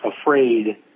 afraid